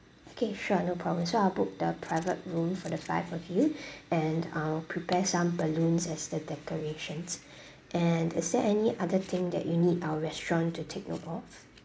okay sure no problem so I'll book the private room for the five of you and I will prepare some balloons as the decorations and is there any other thing that you need our restaurant to take note of